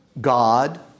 God